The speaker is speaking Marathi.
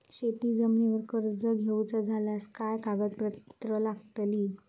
शेत जमिनीवर कर्ज घेऊचा झाल्यास काय कागदपत्र लागतली?